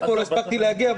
לא הספקתי להגיע,